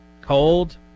cold